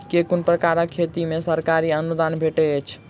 केँ कुन प्रकारक खेती मे सरकारी अनुदान भेटैत अछि?